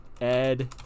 Ed